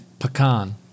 Pecan